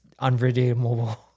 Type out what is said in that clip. unredeemable